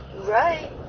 Right